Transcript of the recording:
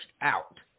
out